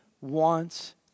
wants